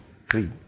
three